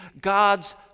God's